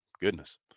Goodness